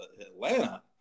Atlanta